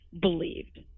believed